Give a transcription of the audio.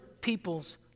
people's